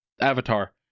avatar